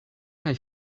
kaj